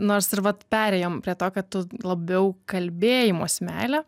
nors ir vat perėjom prie to kad tu labiau kalbėjimosi meilę